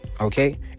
Okay